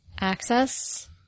Access